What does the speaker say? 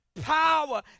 power